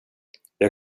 jag